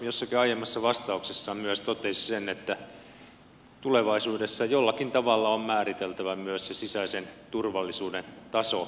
ministeri jossakin aiemmassa vastauksessaan myös totesi sen että tulevaisuudessa jollakin tavalla on määriteltävä myös sisäisen turvallisuuden taso